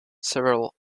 several